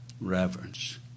Reverence